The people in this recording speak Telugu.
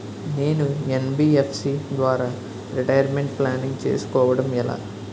నేను యన్.బి.ఎఫ్.సి ద్వారా రిటైర్మెంట్ ప్లానింగ్ చేసుకోవడం ఎలా?